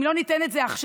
אם לא ניתן את זה עכשיו,